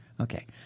Okay